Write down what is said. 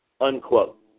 unquote